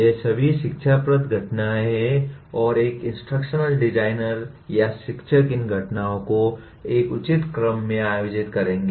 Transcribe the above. ये सभी शिक्षाप्रद घटनाएँ हैं और एक इंस्ट्रक्शनल डिज़ाइनर या शिक्षक इन घटनाओं को एक उचित क्रम में आयोजित करेंगे